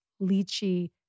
lychee